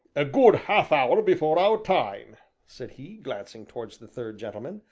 a good half-hour before our time, said he, glancing towards the third gentleman,